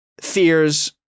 fears